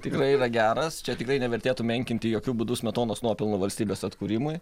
tikrai yra geras čia tikrai nevertėtų menkinti jokiu būdu smetonos nuopelnų valstybės atkūrimui